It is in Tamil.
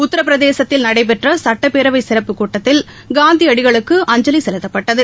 உத்தரபிரதேசத்தில் நடைபெற்ற சுட்டப்பேரவை சிறப்புக்கூட்டத்தில் காந்தியடிகளுக்கு அஞ்சலி செலுத்தப்பட்டது